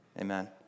Amen